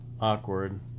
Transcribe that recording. awkward